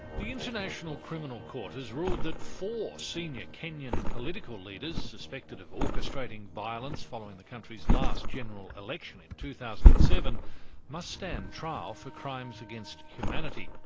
the international criminal court has ruled that four senior kenyan political leaders suspected of orchestrating violence following the country's last general election in two thousand and seven must stand trial for crimes against humanity.